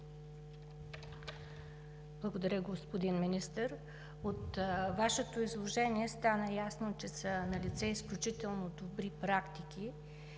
Благодаря Ви, господин Министър. От Вашето изложение стана ясно, че са налице изключително добри практики